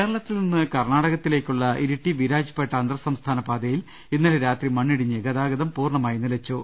കേരളത്തിൽ നിന്ന് കർണാടകയിലേക്കുള്ള ഇരിട്ടി വീരാജ്പേട്ട അന്തർ സംസ്ഥാന പാതയിൽ ഇന്നലെ രാത്രി മണ്ണിടിഞ്ഞ് ഗതാഗതം പൂർണമായി നിലച്ചു